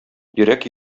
йөрәк